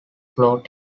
flow